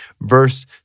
verse